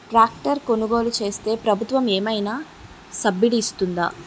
Tractor కొనుగోలు చేస్తే ప్రభుత్వం ఏమైనా సబ్సిడీ ఇస్తుందా?